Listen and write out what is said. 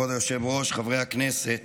כבוד היושב-ראש, חברי הכנסת,